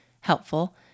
helpful